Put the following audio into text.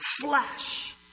flesh